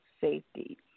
safety